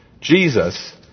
Jesus